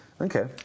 Okay